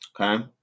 Okay